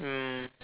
mm